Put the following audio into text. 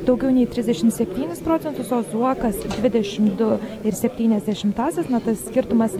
daugiau nei trisdešimt septynis procentus o zuokas dvidešimt du ir septynias dešimtąsias na tas skirtumas